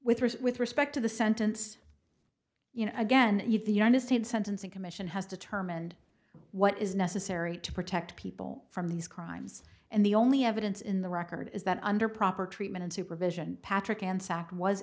us with respect to the sentence you know again the united states sentencing commission has determined what is necessary to protect people from these crimes and the only evidence in the record is that under proper treatment and supervision patrick